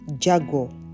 Jago